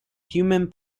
human